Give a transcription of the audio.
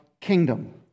kingdom